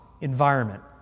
environment